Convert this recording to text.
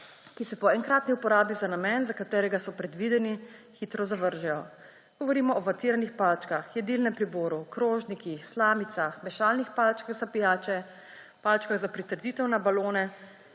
ki se po enkratni uporabi za namen, za katerega so predvideni, hitro zavržejo. Govorimo o vatiranih palčkah, jedilnem priboru, krožnikih, slamicah, mešalnih palčkah za pijače, palčkah za pritrditev na balone